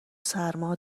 سرما